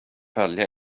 följa